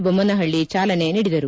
ಬೊಮ್ಮನಹಳ್ಳಿ ಚಾಲನೆ ನೀಡಿದರು